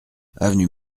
avenue